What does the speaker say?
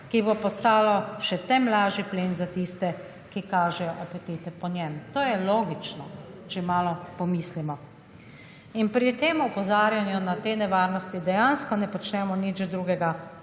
ki bo postalo še tem lažji plen za tiste, ki kažejo apetite po njem; to je logično, če malo pomislimo. In pri opozarjanju na te nevarnosti dejansko ne počnemo nič drugega,